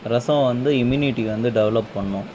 ரசம் வந்து இம்மினிட்டிக்கு வந்து டெவலப் பண்ணும்